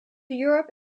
europe